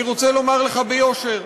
אני רוצה לומר לך ביושר,